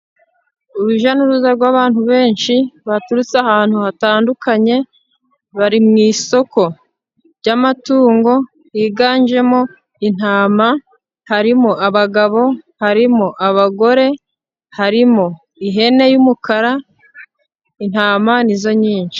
Urujya n'uruza rw'abantu benshi baturutse ahantu hatandukanye, bari mu isoko ry'amatungo yiganjemo intama, harimo abagabo, harimo abagore, harimo ihene y'umukara, intama nizo nyinshi.